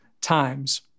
times